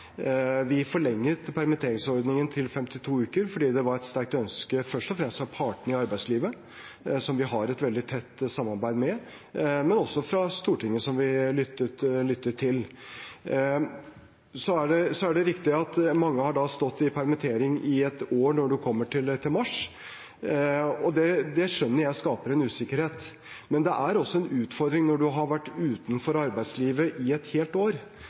Vi forlenget permitteringsordningen til 52 uker fordi det var et sterkt ønske først og fremst fra partene i arbeidslivet, som vi har et veldig tett samarbeid med, men også fra Stortinget, som vi lyttet til. Så er det riktig at mange har stått i permittering i ett år når vi kommer til mars. Det skjønner jeg skaper en usikkerhet, men det er også en utfordring når man har vært utenfor arbeidslivet i ett helt år,